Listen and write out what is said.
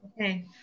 Okay